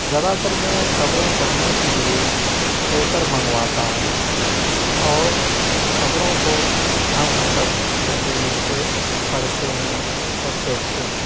زیادہ تر میں خبریں پرھنے کے لیے پیپر منگواتا ہوں اور خبروں کو ہم سب گھر پہ مل کے پڑھتے ہیں اور دیکھتے ہیں